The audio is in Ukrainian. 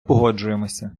погоджуємося